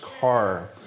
car